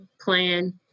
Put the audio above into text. plan